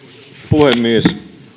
puhemies